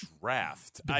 draft